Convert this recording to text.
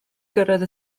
gyrraedd